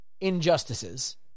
injustices